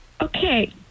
okay